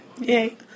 Yay